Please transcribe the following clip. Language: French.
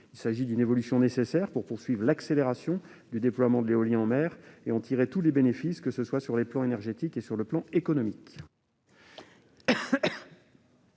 Il s'agit d'une évolution nécessaire pour poursuivre l'accélération du déploiement de l'éolien en mer et en tirer tous les bénéfices, que ce soit du point de vue énergétique ou sur le plan économique.